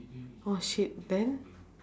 oh shit then